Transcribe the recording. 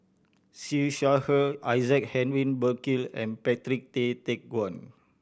Siew Shaw Her Isaac Henry Burkill and Patrick Tay Teck Guan